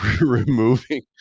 removing